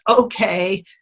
okay